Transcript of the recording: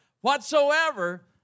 whatsoever